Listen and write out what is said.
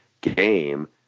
game